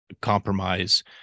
compromise